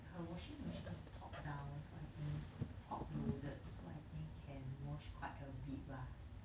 her washing machine is top down one so I think top loaded so I think can wash quite a bit lah